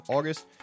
August